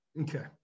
Okay